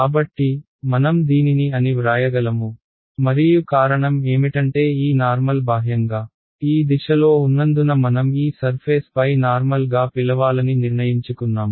కాబట్టి మనం దీనిని అని వ్రాయగలము మరియు కారణం ఏమిటంటే ఈ నార్మల్ బాహ్యంగా ఈ దిశలో ఉన్నందున మనం ఈ సర్ఫేస్ పై నార్మల్ గా పిలవాలని నిర్ణయించుకున్నాము